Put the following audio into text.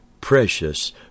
precious